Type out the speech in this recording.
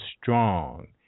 strong